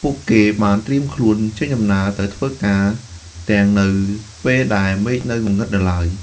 ពួកគេបានត្រៀមខ្លួនចេញដំណើរទៅធ្វើការទាំងនៅពេលដែលមេឃនៅងងឹតនៅឡើយ។